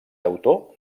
autor